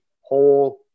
whole